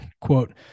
quote